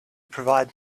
provide